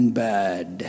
bad